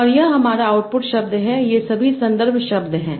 और यह हमारा आउटपुट शब्द है ये सभी संदर्भ शब्द हैं